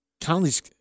Conley's